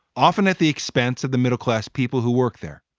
often at the expense of the middle class people who work there